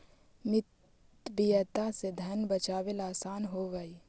मितव्ययिता से धन बचावेला असान होवऽ हई